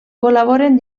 col·laboren